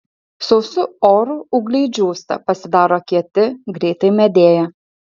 sausu oru ūgliai džiūsta pasidaro kieti greitai medėja